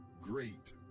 great